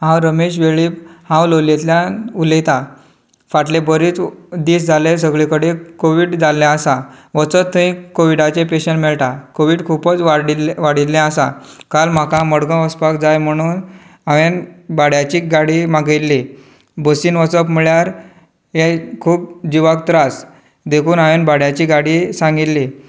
हांव रमेश वेळीप हांव लोलयेतल्यान उलेयतां फाटले बरेच दीस जाले सगळे कडेन कोवीड जाल्ले आसा वचत थंय कोविडाचे पेशंट मेळटा कोवीड खुबूच वाडिल्ल वाडिल्ले आसा काल म्हाका मडगांव वचपाक जाय म्हुणून हांवें भाड्याची गाडी मागयल्ली बसीन वचप म्हळ्यार हें खूब जिवाक त्रास देखून हांवें भाड्याची गाडी सांगिल्ली